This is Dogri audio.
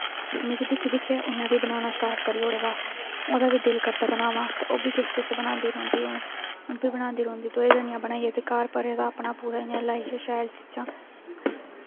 मिगी दिक्खी दिक्खियै उन्नै बी बनाना स्टार्ट करी ओड़े दा ओह्दा बी दिल करदा बनाना दा ते ओह् बी किश किश बनांदी रौंह्दी ओह् बी बनांदी रौंह्दी दोऐ जनियां बनाइयै ते घर भरे दा अपना पूरा इ'यां लाई दियां शैल चीजां